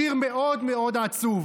שיר מאוד מאוד עצוב.